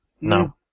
No